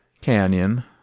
canyon